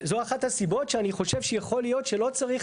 זו אחת הסיבות שאני חושב שיכול להיות שלא צריך